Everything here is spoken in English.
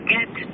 Get